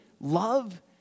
Love